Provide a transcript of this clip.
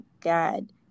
God